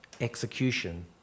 execution